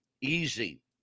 Easy